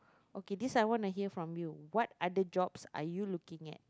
okay this I want to hear from you what other jobs are you looking at